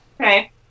Okay